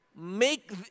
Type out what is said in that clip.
make